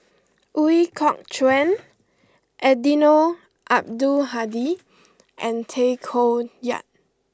Ooi Kok Chuen Eddino Abdul Hadi and Tay Koh Yat